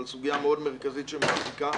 אבל סוגיה מאוד מרכזית שמעיקה.